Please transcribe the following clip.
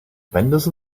vendors